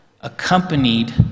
accompanied